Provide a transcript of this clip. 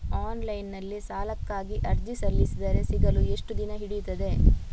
Online ನಲ್ಲಿ ಸಾಲಕ್ಕಾಗಿ ಅರ್ಜಿ ಸಲ್ಲಿಸಿದರೆ ಸಿಗಲು ಎಷ್ಟು ದಿನ ಹಿಡಿಯುತ್ತದೆ?